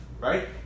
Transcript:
right